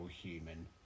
human